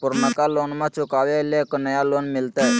पुर्नका लोनमा चुकाबे ले नया लोन मिलते?